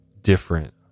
different